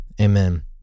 amen